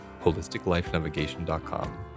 holisticlifenavigation.com